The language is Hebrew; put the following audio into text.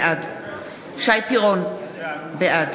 בעד שי פירון, בעד